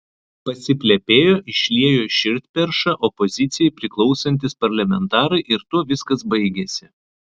pasiplepėjo išliejo širdperšą opozicijai priklausantys parlamentarai ir tuo viskas baigėsi